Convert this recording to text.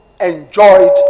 enjoyed